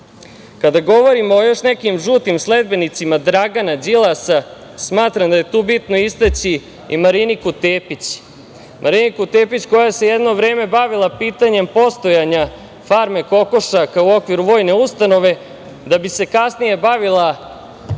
govorimo o još nekim žutim sledbenicima Dragana Đilasa, smatram da je tu bitno istaći i Mariniku Tepić. Mariniku Tepićku, koja se jedno vreme bavila pitanjem postojanja farme kokošaka u okviru vojne ustanove da bi se kasnije bavila